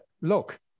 look